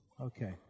Okay